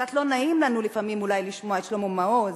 קצת לא נעים לנו לפעמים אולי לשמוע את שלמה מעוז,